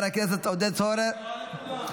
אינו נוכח, חבר הכנסת עודד פורר, אינו נוכח.